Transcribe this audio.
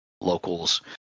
locals